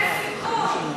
אין סיכוי.